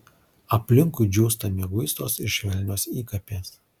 aplinkui džiūsta mieguistos ir švelnios įkapės